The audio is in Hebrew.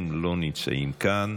הם לא נמצאים כאן.